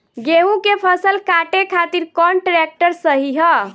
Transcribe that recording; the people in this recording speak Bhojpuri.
गेहूँ के फसल काटे खातिर कौन ट्रैक्टर सही ह?